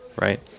Right